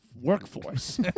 workforce